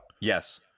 Yes